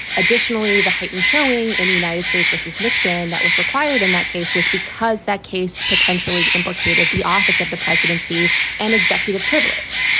additionally, the heightened showing in the united states versus nixon that was required in that case was because that case potentially implicated the office of the presidency and executive privilege.